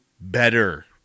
better